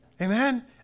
Amen